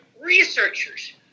researchers